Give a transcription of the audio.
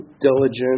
diligent